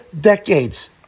decades